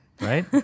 Right